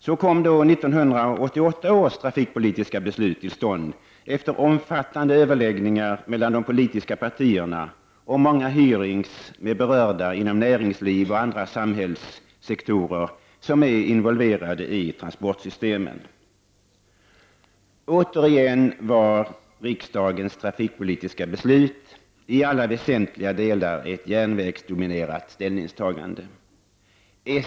Så kom då 1988 års trafikpolitiska beslut till stånd efter omfattande överläggningar mellan de politiska partierna och många hearings med berörda inom näringsliv och andra samhällssektorer som är involverade i transportsystemen. Återigen var riksdagens trafikpolitiska beslut i alla väsentliga delar ett järnvägsdominerat ställningstagande.